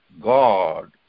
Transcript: God